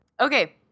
Okay